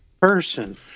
person